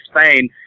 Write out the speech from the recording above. Spain